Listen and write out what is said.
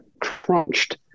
crunched